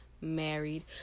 married